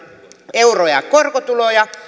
euroa korkotuloja